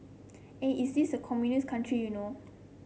eh is it a communist country you know